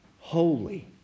holy